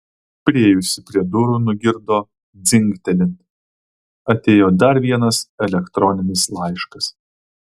priėjusi prie durų nugirdo dzingtelint atėjo dar vienas elektroninis laiškas